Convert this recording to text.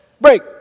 break